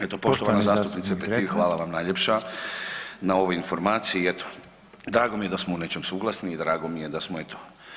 Eto poštovana zastupnice Petir hvala vam najljepša na ovoj informaciji i eto drago mi je da smo u nečem suglasni i drago mi je da smo eto.